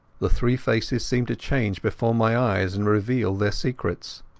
the three faces seemed to change before my eyes and reveal their secrets.